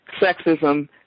sexism